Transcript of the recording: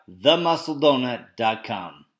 themuscledonut.com